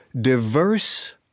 Diverse